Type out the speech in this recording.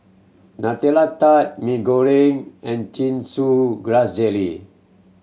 Nutella Tart Mee Goreng and Chin Chow Grass Jelly